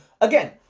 again